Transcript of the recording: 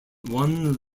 won